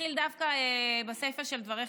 אתחיל דווקא בסיפא של דבריך,